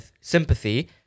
sympathy